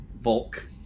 Volk